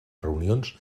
reunions